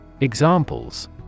Examples